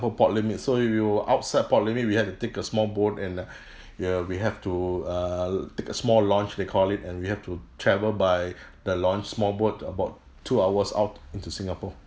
port limits so we were outside port limit we had a take a small boat and uh ya we have to uh take a small launch they call it and we have to travel by the launch small boat about two hours out into singapore